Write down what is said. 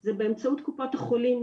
זה באמצעות קופות החולים.